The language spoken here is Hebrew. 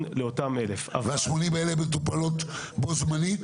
לאותו 1,000. ה-80 מיליון האלה מטופלים בו זמנית?